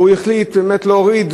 והוא החליט באמת להוריד,